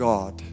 God